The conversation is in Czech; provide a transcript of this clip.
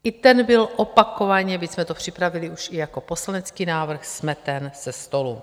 I ten byl opakovaně, byť jsme to připravili už i jako poslanecký návrh, smeten ze stolu.